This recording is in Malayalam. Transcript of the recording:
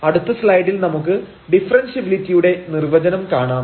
അടുത്ത സ്ലൈഡിൽ നമുക്ക് ഡിഫറെൻഷ്യബിലിറ്റിയുടെ നിർവചനം കാണാം